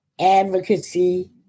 advocacy